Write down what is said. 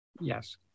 Yes